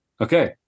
Okay